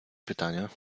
pytania